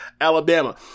Alabama